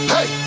Hey